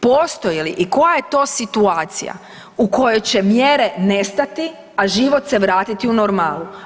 Postoje li i koja je to situacija u kojoj će mjere nestati, a život se vrati u normalu?